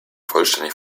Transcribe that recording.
vollständig